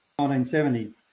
1970